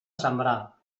sembrar